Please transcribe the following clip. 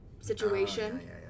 situation